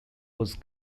was